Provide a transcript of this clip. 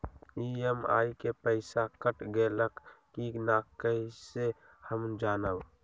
EMI के पईसा cut गेलक कि ना कइसे हम जानब?